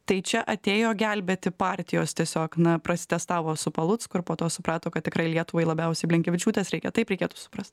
tai čia atėjo gelbėti partijos tiesiog na prasitestavo su palucku ir po to suprato kad tikrai lietuvai labiausiai blinkevičiūtės reikia tai reikėtų suprast